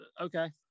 okay